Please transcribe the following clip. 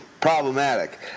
Problematic